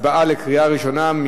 הצבעה בקריאה ראשונה.